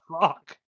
fuck